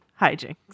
hijinks